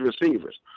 receivers